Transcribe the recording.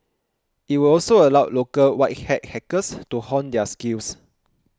it would also allow local white hat hackers to hone their skills